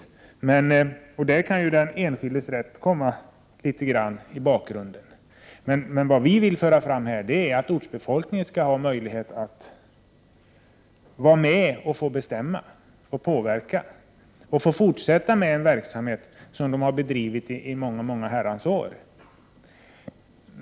I det sammanhanget kan den enskildes rätt få stå tillbaka, men vi vill att ortsbefolkningen skall ha rätt att vara med och bestämma. Människor skall kunna fortsätta en verksamhet som de har bedrivit i många herrans år.